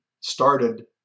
started